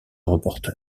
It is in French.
reporter